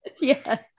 yes